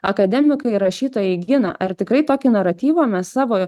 akademikai rašytojai gina ar tikrai tokį naratyvą mes savo